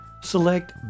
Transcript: select